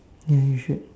ya you should